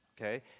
okay